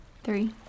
three